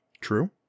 true